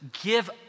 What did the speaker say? give